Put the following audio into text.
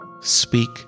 speak